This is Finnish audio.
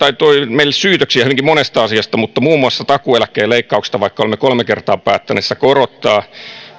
meille syytöksiä hyvinkin monesta asiasta muun muassa takuueläkkeen leikkauksesta vaikka olemme kolme kertaa päättäneet sitä korottaa